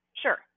Sure